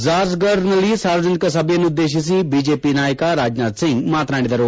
ಝಾಜ್ಗರ್ ನಲ್ಲಿ ಸಾರ್ವಜನಿಕ ಸಭೆಯನ್ನುದ್ದೇತಿಸಿ ಬಿಜೆಪಿ ನಾಯಕ ರಾಜ್ನಾಥ್ ಸಿಂಗ್ ಮಾತನಾಡಿದರು